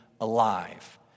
alive